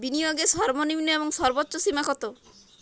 বিনিয়োগের সর্বনিম্ন এবং সর্বোচ্চ সীমা কত?